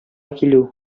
килү